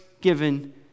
given